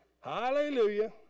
Hallelujah